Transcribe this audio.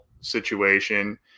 situation